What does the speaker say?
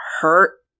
hurt